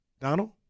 Donald